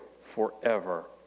forever